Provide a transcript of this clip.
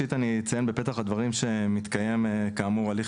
ראשית אני אציין בפתח הדברים שמתקיים כאמור הליך